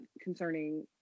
concerning